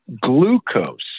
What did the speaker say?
glucose